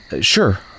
sure